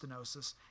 stenosis